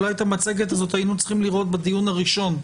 אולי את המצגת הזאת היינו צריכים לראות בדיון הראשון.